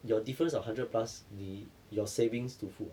your difference of hundred plus 你 your savings to food ah